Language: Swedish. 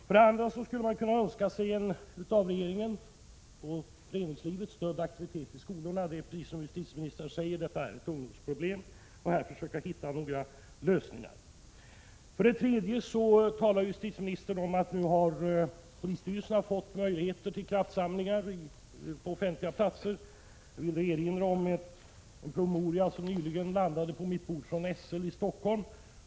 För det andra skulle man kunna önska sig en av regeringen och föreningslivet stödd aktivitet i skolorna för att försöka hitta lösningar. Precis som justitieministern säger, är ju det här ett ungdomsproblem. För det tredje talar justitieministern om att nu har polisstyrelserna fått möjlighet till kraftsamlingar på offentliga platser. Jag vill erinra om en promemoria från SL i Stockholm som nyligen landat på mitt bord.